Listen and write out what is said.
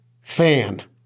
fan